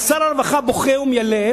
אז שר הרווחה בוכה ומיילל,